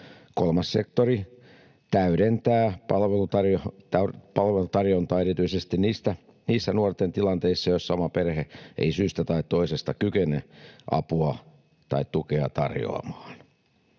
Kolmas sektori täydentää palvelutarjontaa erityisesti niissä nuorten tilanteissa, joissa oma perhe ei syystä tai toisesta kykene apua tai tukea tarjoamaan.